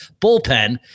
bullpen